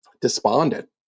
despondent